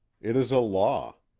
it is a law.